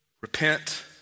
repent